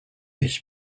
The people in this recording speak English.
his